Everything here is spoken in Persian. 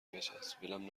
بچسب، ولم